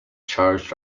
charged